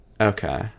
okay